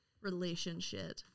relationship